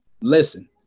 listen